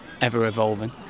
ever-evolving